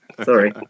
Sorry